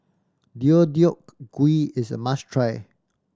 Deodeok Gui is a must try